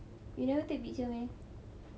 you never take picture meh